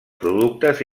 productes